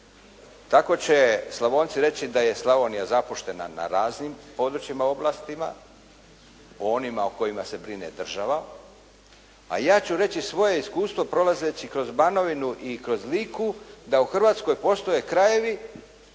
Tako će Slavonci reći da je Slavonija zapuštena na raznim područjima, oblastima, onima o kojima se brine država, a ja ću reći svoje iskustvo prolazeći kroz Banovinu i kroz Liku, da u Hrvatskoj postoje krajevi